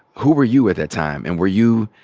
who were you at that time? and were you,